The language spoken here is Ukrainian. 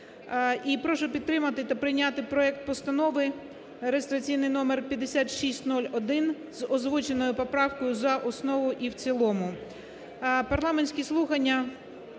прошу підтримати та прийняти проект Постанови (реєстраційний номер 5601) з озвученою поправкою за основу і в цілому.